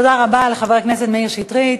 תודה רבה לחבר הכנסת מאיר שטרית.